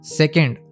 second